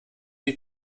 die